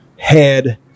head